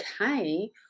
okay